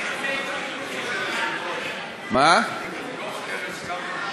מה הקשר בין,